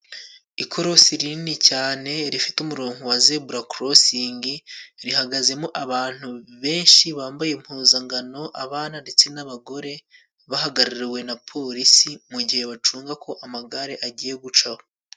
Ikorosi rinini cyane rifite umuronko wa zeburakorosingi rihagazemo abantu benshi bambaye impuzangano, abana ndetse n'abagore bahagarariwe na polisi mu gihe bacunga ko amagare agiye gucaho.